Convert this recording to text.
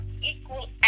equal